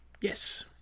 Yes